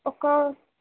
ఒక